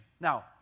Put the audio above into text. now